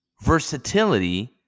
versatility